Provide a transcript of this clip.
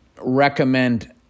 recommend